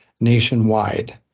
nationwide